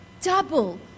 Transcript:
double